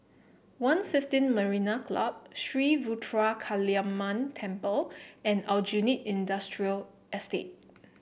One fifteen Marina Club Sri Ruthra Kaliamman Temple and Aljunied Industrial Estate